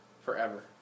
forever